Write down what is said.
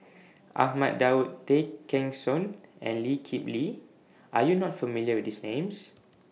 Ahmad Daud Tay Kheng Soon and Lee Kip Lee Are YOU not familiar with These Names